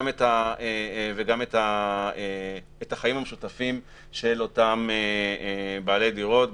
וגם את החיים המשותפים של אותם בעלי דירות,